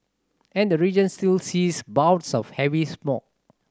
and the region still sees bouts of heavy smog